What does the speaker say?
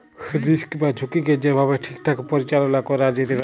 risk বা ঝুঁকিকে যে ভাবে ঠিকঠাক পরিচাললা ক্যরা যেতে পারে